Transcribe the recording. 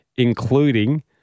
including